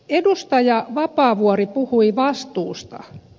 edustaja vapaavuori puhui vastuusta